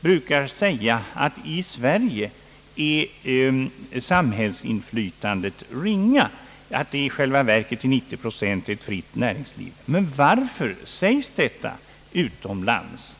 brukar säga utomlands, att i Sverige är samhällsinflytandet ringa och att vi i själva verket har ett fritt näringsliv till 90 procent. Men varför sägs detta utomlands?